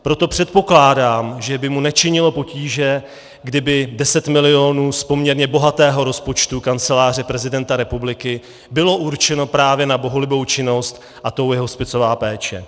Proto předpokládám, že by mu nečinilo potíže, kdyby 10 mil. z poměrně bohatého rozpočtu Kanceláře prezidenta republiky bylo určeno právě na bohulibou činnost, a tou je hospicová péče.